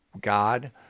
God